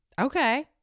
Okay